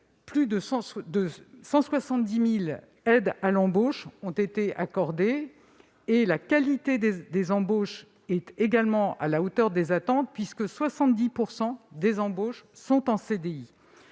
plus de 170 000 aides à l'embauche ont été accordées -, et la qualité des embauches est également à la hauteur des attentes, puisque 70 % de celles-ci sont en CDI.